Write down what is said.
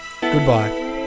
Goodbye